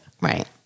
Right